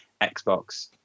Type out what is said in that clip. xbox